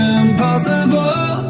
impossible